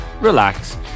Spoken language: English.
relax